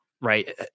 right